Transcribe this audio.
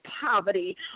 poverty